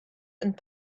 and